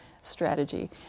strategy